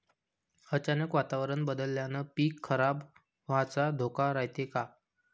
अचानक वातावरण बदलल्यानं पीक खराब व्हाचा धोका रायते का?